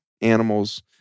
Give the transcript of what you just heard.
animals